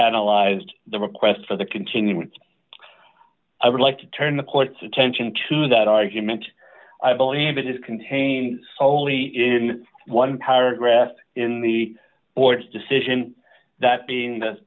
analyzed the request for the continuance i would like to turn the court's attention to that argument i believe that it contains wholly in one paragraph in the board's decision that being the